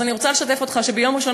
אז אני רוצה לשתף אותך שביום ראשון